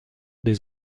des